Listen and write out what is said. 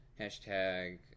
hashtag